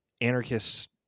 anarchist